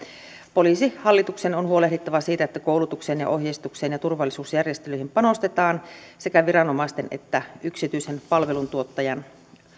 poliisihallituksen on huolehdittava siitä että koulutukseen ohjeistukseen ja turvallisuusjärjestelyihin panostetaan sekä viranomaisten että yksityisen palveluntuottajan